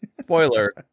Spoiler